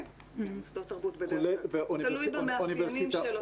כן, תלוי במאפיינים שלהם.